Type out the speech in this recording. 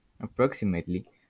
Approximately